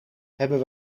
hebben